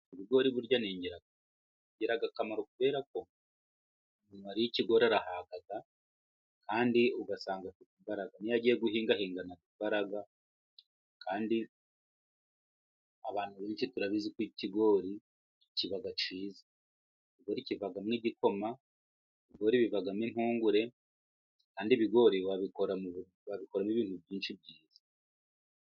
Ibigori burya ni ingenzi, bigira akamaro kubera ko uwariye ikigori arahaga da, kandi ugasanga afite imbaraga, iyo agiye guhinga, ahingana imbaraga kandi abantu benshi turabizi ko ikigori kiba cyiza. Ikigori kivamo igikoma, ikigori kivamo impungure kandi ibigori babikoramo ibintu byinshi byiza.